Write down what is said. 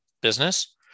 business